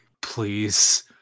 Please